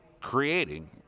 creating